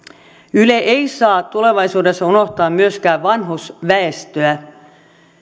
yle ei saa tulevaisuudessa unohtaa myöskään vanhusväestöä